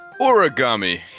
Origami